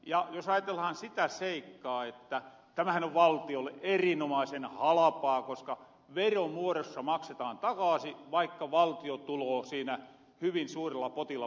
ja jos ajatellahan sitä seikkaa että tämähän on valtiolle erinomaisen halapaa koska veromuodossa maksetaan takaasi vaikka valtio tuloo siinä hyvin suurella potilla mukaan